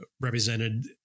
represented